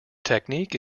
technique